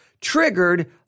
triggered